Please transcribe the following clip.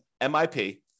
MIP